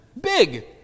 Big